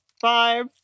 Five